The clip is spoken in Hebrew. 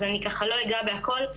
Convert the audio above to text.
אז אני לא אגע בהכול.